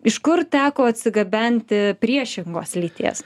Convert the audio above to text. iš kur teko atsigabenti priešingos lyties